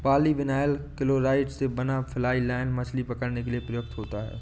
polyvinyl chloride से बना fly line मछली पकड़ने के लिए प्रयुक्त होता है